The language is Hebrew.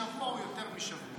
הכנסת נתקבלה.